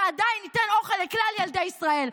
ועדיין ניתן אוכל לכלל ילדי ישראל.